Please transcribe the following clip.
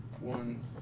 one